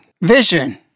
vision